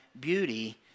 beauty